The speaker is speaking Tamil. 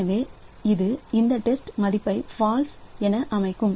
எனவே இது இந்த டெஸ்ட் பெற்றுத்மதிப்பை ஃபால்ஸ் என அமைக்கும்